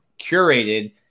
curated